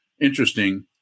interesting